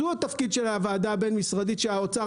זה התפקיד של הוועדה הבין-משרדית שהאוצר